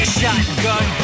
shotgun